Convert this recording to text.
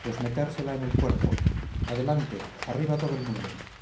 pues metérsela en el cuerpo adelante arriba todo el mundo